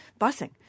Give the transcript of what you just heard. busing